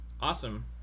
Awesome